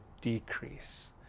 decrease